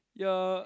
ya